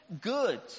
good